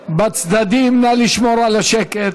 בצדדים, נא לשמור על השקט.